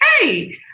Hey